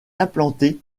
implantée